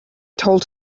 told